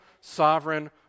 sovereign